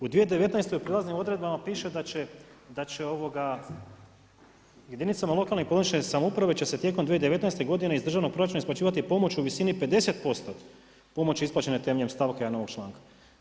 U 2019. u prijelaznim odredbama piše da će jedinicama lokalne i područne samouprave će se tijekom 2019. godine iz državnog proračuna isplaćivati pomoć u visini 50% pomoći isplaćene temeljem stavka 1. ovog članka.